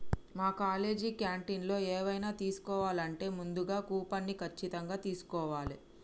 మా కాలేజీ క్యాంటీన్లో ఎవైనా తీసుకోవాలంటే ముందుగా కూపన్ని ఖచ్చితంగా తీస్కోవాలే